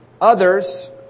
Others